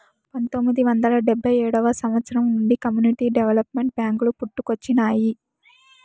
పంతొమ్మిది వందల డెబ్భై ఏడవ సంవచ్చరం నుండి కమ్యూనిటీ డెవలప్మెంట్ బ్యేంకులు పుట్టుకొచ్చినాయి